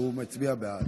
והוא מצביע בעד.